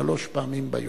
שלוש פעמים ביום.